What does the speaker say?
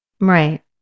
Right